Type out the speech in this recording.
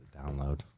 Download